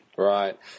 Right